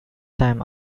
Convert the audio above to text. time